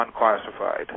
unclassified